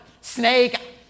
snake